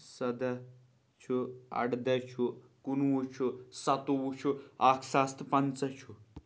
سَداہ چھُ اَرداہ چھُ کُنوُہ چھُ سَتووُہ چھُ اَکھ ساس تہٕ پنٛژاہ چھُ